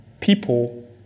people